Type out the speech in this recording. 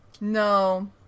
no